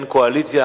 אין קואליציה,